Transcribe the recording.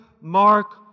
Mark